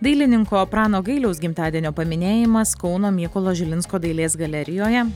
dailininko prano gailiaus gimtadienio paminėjimas kauno mykolo žilinsko dailės galerijoje